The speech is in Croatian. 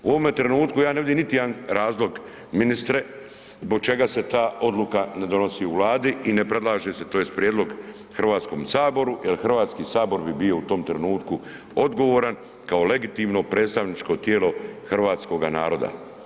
U ovome trenutku ja ne vidim niti jedan razlog ministre zbog čega se ta odluka ne donosi u Vladi i ne predlaže se tj. prijedlog hrvatskom saboru jer HS bi bio u tom trenutku odgovoran kao legitimno predstavničko tijelo hrvatskoga naroda.